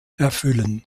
erfüllen